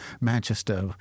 Manchester